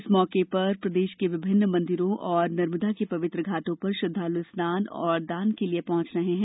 इस मौके पर प्रदेश के विभिन्न मंदिरों और नर्मदा के पवित्र घाटों पर श्रद्दालु स्नान और दान के लिये पहुंच रहे हैं